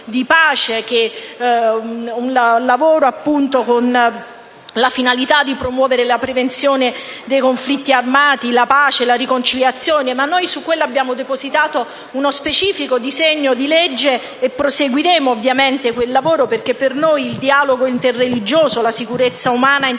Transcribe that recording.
un lavoro che ha la finalità di promuovere la prevenzione dei conflitti armati, la pace e la riconciliazione. Su questo punto abbiamo depositato uno specifico disegno di legge e proseguiremo con il nostro lavoro, perché per noi il dialogo interreligioso e la sicurezza umana intesa